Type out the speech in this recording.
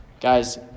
Guys